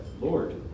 Lord